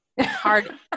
hard